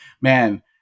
man